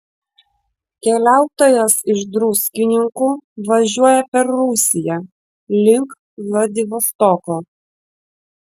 keliautojas iš druskininkų važiuoja per rusiją link vladivostoko